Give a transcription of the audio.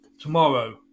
tomorrow